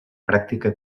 pràctica